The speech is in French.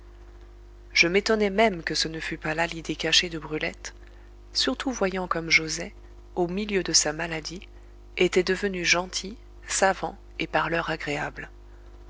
je m'étonnais même que ce ne fût pas là l'idée cachée de brulette surtout voyant comme joset au milieu de sa maladie était devenu gentil savant et parleur agréable